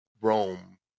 rome